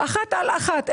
אחת על אחת,